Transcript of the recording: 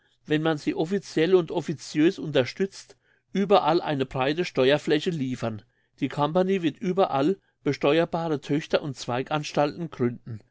wenn man sie officiell und officiös unterstützt überall eine breite steuerfläche liefern die company wird überall besteuerbare töchter und zweiganstalten gründen